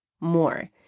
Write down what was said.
more